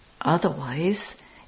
Otherwise